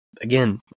again